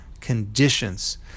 conditions